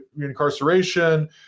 incarceration